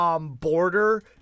Border